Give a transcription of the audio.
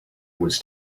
was